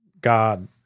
God